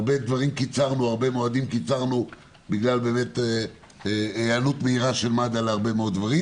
הרבה מועדים קיצרנו בגלל היענות מהירה של מד"א להרבה מאוד דברים.